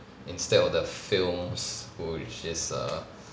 instead of the films which is err